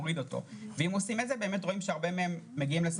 43%. אם עושים את זה רואים באמת שהרבה מהם מגיעים לשכר נמוך מאוד,